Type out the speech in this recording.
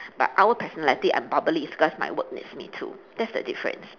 but outward personality I'm bubbly is because my work needs me to that's the difference